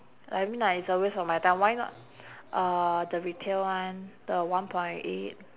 like I mean like it's a waste of my time why not uh the retail one the one point eight